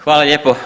Hvala lijepo.